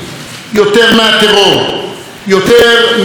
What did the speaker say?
יותר מאויבים המבקשים לכלותנו,